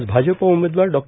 आज भाजपा उमेदवार डॉ